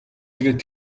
ирээд